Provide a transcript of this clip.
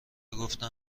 گفتن